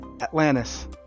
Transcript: Atlantis